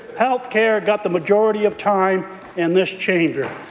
health care got the majority of time in this chamber.